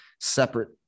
separate